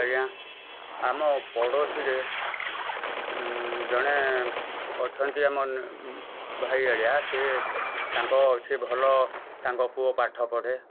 ଆଜ୍ଞା ଆମ ପଡ଼ୋଶୀରେ ଜଣେ ଅଛନ୍ତି ଆମ ଭାଇ ଆଳିଆ ସେ ତାଙ୍କ ସେ ଭଲ ତାଙ୍କ ପୁଅ ପାଠ ପଢ଼େ